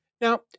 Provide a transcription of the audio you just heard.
Now